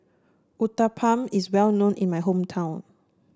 Uthapam is well known in my hometown